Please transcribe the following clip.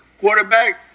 quarterback